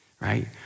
right